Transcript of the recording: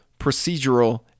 procedural